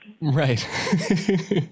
Right